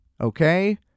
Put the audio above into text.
Okay